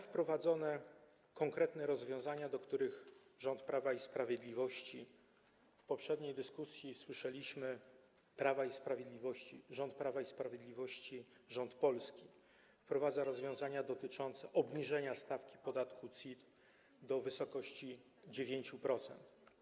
Wprowadzane są konkretne rozwiązania, w ramach których rząd Prawa i Sprawiedliwości, w poprzedniej dyskusji słyszeliśmy, Prawa i Sprawiedliwości, rząd Prawa i Sprawiedliwości, rząd polski, wprowadza regulacje dotyczące obniżenia stawki podatku CIT do wysokości 9%.